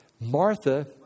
Martha